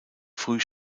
früh